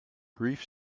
grief